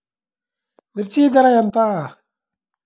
మిర్చి ధర ఎంత?